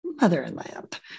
motherland